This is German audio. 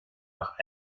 nach